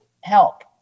help